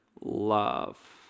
love